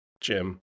Jim